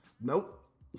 Nope